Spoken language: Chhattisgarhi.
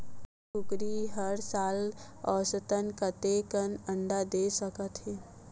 एक कुकरी हर साल औसतन कतेक अंडा दे सकत हे?